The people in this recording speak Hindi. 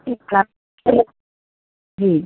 जी